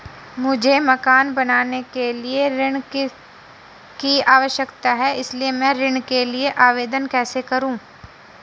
मुझे मकान बनाने के लिए ऋण की आवश्यकता है इसलिए मैं ऋण के लिए आवेदन कैसे करूं?